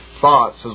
thoughts